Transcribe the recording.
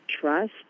trust